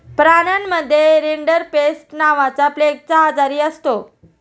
प्राण्यांमध्ये रिंडरपेस्ट नावाचा प्लेगचा आजारही असतो